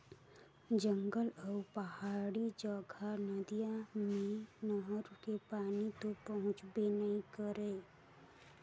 जंगल अउ पहाड़ी जघा नदिया मे नहर के पानी तो पहुंचबे नइ करय